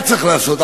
מה היה צריך לעשות,